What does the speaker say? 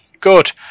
good